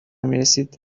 میرسید